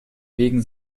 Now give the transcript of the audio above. wegen